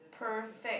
perfect